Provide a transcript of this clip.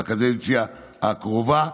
בקדנציה הקרובה.